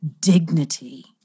dignity